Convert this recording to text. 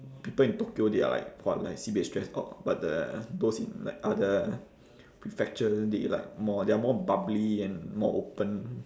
people in tokyo they are like !wah! like sibeh stressed out but the those in like other prefectures they like more they are more bubbly and more open